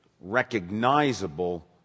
recognizable